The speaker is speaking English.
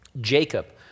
Jacob